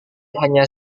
hanya